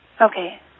Okay